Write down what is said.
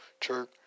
Chirk